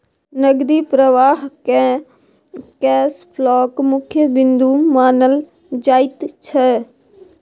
नकदी प्रवाहकेँ कैश फ्लोक मुख्य बिन्दु मानल जाइत छै